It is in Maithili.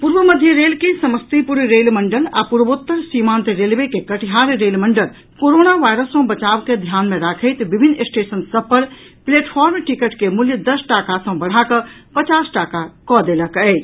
पूर्व मध्य रेल के समस्तीपुर रेल मंडल आ पूर्वोत्तर सीमांत रेलवे के कटिहार रेल मंडल कोरोना वायरस सँ बचाव के ध्यान मे राखैत विभिन्न स्टेशन सभ पर प्लेटफार्म टिकट के मूल्य दस टाका सँ बढ़ाकऽ पचास टाका कऽ देलक अछि